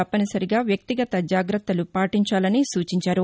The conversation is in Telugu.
తప్పనిసరిగా వ్యక్తిగత జాగ్రత్తలు పాటించాలని సూచించారు